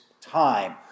time